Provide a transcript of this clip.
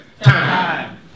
Time